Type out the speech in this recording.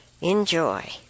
Enjoy